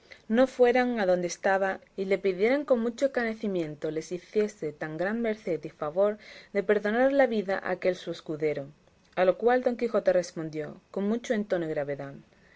no fueran adonde estaba y le pidieran con mucho encarecimiento les hiciese tan gran merced y favor de perdonar la vida a aquel su escudero a lo cual don quijote respondió con mucho entono y gravedad